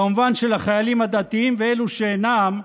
כמובן שלחיילים, הדתיים ואלו שאינם,